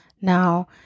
Now